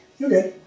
okay